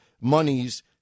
monies